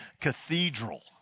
cathedral